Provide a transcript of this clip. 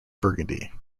burgundy